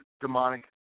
demonic